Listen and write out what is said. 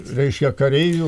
reiškia kareivių